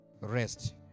Rest